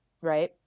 Right